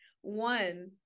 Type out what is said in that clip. one